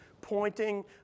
pointing